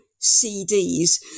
CDs